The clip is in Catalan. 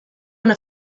una